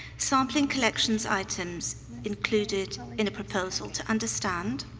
sampling collections items included in the proposal to understand,